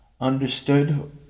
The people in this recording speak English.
understood